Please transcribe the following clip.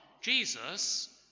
Jesus